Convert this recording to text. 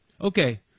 okay